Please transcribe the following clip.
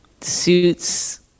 suits